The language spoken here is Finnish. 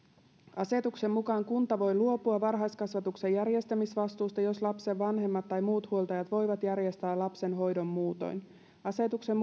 asetuksen mukaan kunta voi luopua varhaiskasvatuksen järjestämisvastuusta jos lapsen vanhemmat tai muut huoltajat voivat järjestää lapsen hoidon muutoin asetuksen